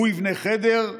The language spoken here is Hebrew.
הוא יבנה חדר,